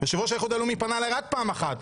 יושב-ראש האיחוד הלאומי פנה אליי רק פעם אחת.